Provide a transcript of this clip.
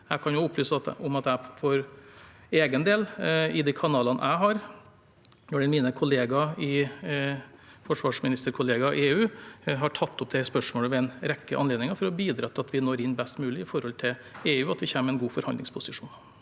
jeg kan opplyse om at jeg for egen del i de kanalene jeg har, f.eks. mine forsvarsministerkollegaer i EU, har tatt opp det spørsmålet ved en rekke anledninger for å bidra til at vi best mulig når inn til EU, og at vi kommer i en god forhandlingsposisjon.